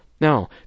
Now